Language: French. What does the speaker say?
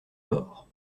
mort